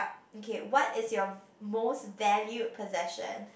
okay what is your most valued possession